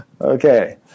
Okay